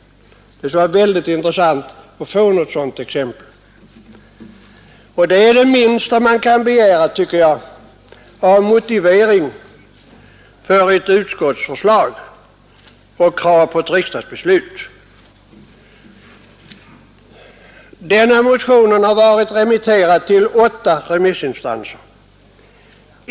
Det skulle vara väldigt intressant att få något sådant exempel. Det är det minsta man kan begära, tycker jag, av motivering för ett utskottsförslag och krav på riksdagsbeslut. Denna motion har varit remitterad till åtta remissinstanser.